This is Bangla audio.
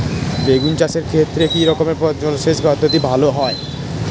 বেগুন চাষের ক্ষেত্রে কি রকমের জলসেচ পদ্ধতি ভালো হয়?